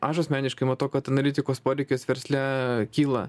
aš asmeniškai matau kad analitikos poreikis versle kyla